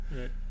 right